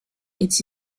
est